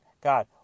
God